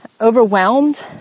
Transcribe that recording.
overwhelmed